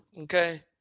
Okay